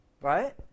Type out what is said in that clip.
Right